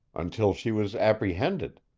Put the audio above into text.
until she was apprehended.